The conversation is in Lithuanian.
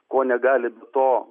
ko negali be to